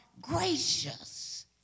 gracious